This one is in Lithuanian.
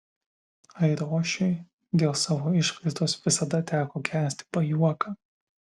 airošiui dėl savo išvaizdos visada teko kęsti pajuoką